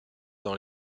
dans